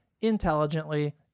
Intelligently